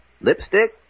Lipstick